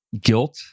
guilt